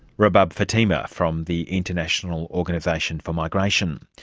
rabab fatima from the international organisation for migration.